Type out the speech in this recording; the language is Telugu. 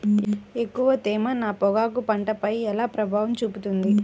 ఎక్కువ తేమ నా పొగాకు పంటపై ఎలా ప్రభావం చూపుతుంది?